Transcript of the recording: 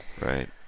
right